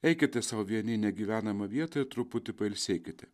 eikite sau vieni į negyvenamą vietą ir truputį pailsėkite